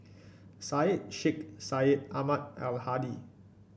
Syed Sheikh Syed Ahmad Al Hadi